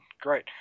great